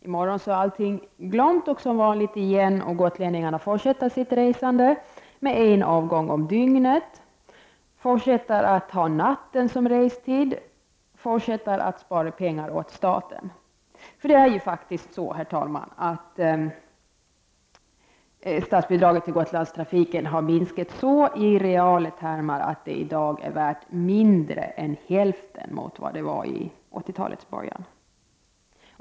I morgon är allting glömt och som vanligt igen, och gotlänningarna får fortsätta sitt resande med en avgång om dygnet, fortsätta att ha natten som restid, fortsätta att spara pengar åt staten. Det är faktiskt så, herr talman, att statsbidragen till Gotlandstrafiken har minskat så i reala termer att det i dag är värt mindre än hälften mot vad det var vid 80-talets början.